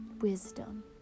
wisdom